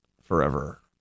forever